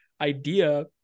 idea